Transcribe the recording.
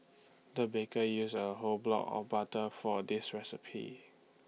the baker used A whole block of butter for this recipe